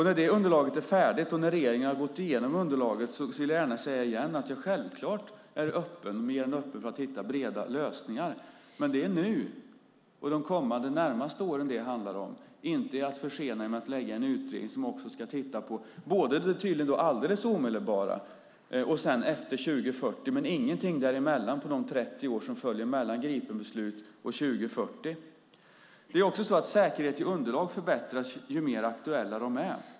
När det underlaget är färdigt och när regeringen har gått igenom underlaget vill jag gärna säga igen att jag självklart är mer än öppen för att hitta breda lösningar. Men det är nu och de närmast kommande åren det handlar om, inte att försena genom att tillsätta en utredning som tydligen ska titta på både det alldeles omedelbara och det som sker efter 2040 - ingenting däremellan, de 30 år som följer mellan ett Gripenbeslut och 2040. Det är också så att säkerheten i underlag förbättras ju mer aktuella de är.